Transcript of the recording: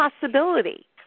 possibility